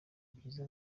byiza